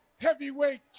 Heavyweight